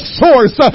source